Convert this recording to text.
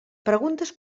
preguntes